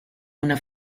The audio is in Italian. una